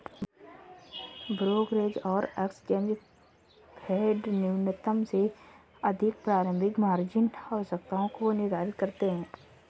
brokerage और exchange फेडन्यूनतम से अधिक प्रारंभिक मार्जिन आवश्यकताओं को निर्धारित करते हैं